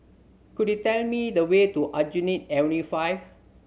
could you tell me the way to Aljunied Avenue Five